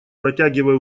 протягивая